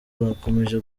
bakomeje